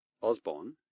Osborne